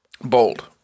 Bold